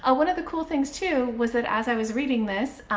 ah one of the cool things too was that as i was reading this,